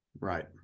right